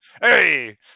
Hey